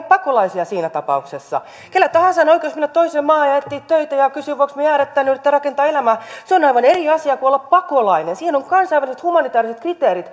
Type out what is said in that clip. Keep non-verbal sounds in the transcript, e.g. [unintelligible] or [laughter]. [unintelligible] pakolaisia siinä tapauksessa kenellä tahansa on oikeus mennä toiseen maahan ja etsiä töitä ja kysyä että voinko minä jäädä tänne ja yrittää rakentaa elämää se on aivan eri asia kuin olla pakolainen siihen on kansainväliset humanitääriset kriteerit [unintelligible]